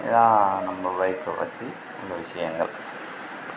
இதுதான் நம்ப பைக்கை பற்றி உள்ள விஷயங்கள்